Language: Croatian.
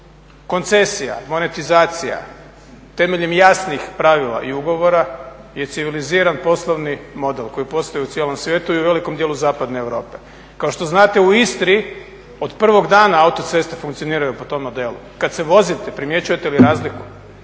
Koncesija, monetizacija temeljem jasnih pravila i ugovora je civiliziran poslovni model koji postoji u cijelom svijetu i u velikom dijelu zapadne Europe. Kao što znate u Istri od prvog dana autoceste funkcioniraju po tom modelu. Kad se vozite primjećujete li razliku?